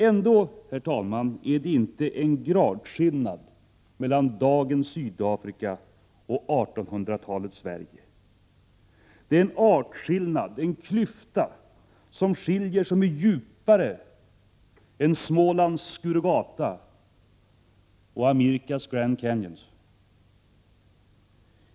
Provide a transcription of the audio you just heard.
Ändå, herr talman, är det inte en gradskillnad mellan dagens Sydafrika och 1800-talets Sverige. Det är en artskillnad, en klyfta som skiljer och som är djupare än Smålands Skurugata och Amerikas Grand Canyons.